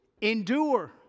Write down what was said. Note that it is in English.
endure